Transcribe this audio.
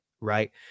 right